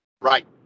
Right